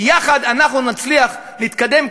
יחד אנחנו נצליח להתקדם,